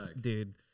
dude